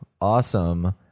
awesome